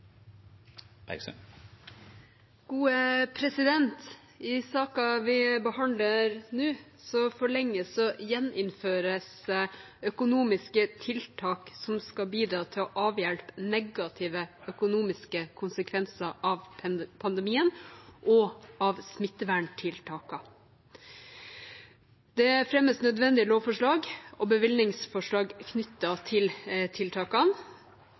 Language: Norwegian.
I de sakene vi behandler nå, forlenges og gjeninnføres økonomiske tiltak som skal bidra til å avhjelpe negative økonomiske konsekvenser av pandemien og av smitteverntiltakene. Det fremmes nødvendige lovforslag og bevilgningsforslag knyttet til tiltakene.